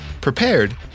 prepared